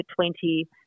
20